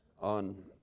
on